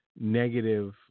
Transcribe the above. negative